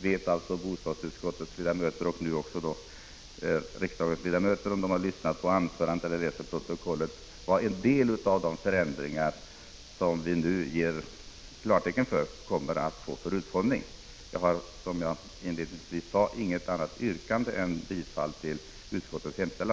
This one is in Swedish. vet alltså bostadsutskottets ledamöter, och nu också riksdagens ledamöter om de har lyssnat på mitt anförande eller läser i protokollet, vad en del av de förändringar som vi nu ger klartecken till kommer att få för utformning. Jag har, som jag sade inledningsvis, inget annat yrkande än om bifall till utskottets hemställan.